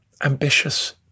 ambitious